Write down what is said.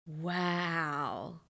Wow